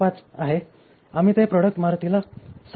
675 आहे आम्ही हे प्रॉडक्ट मारुतीला 7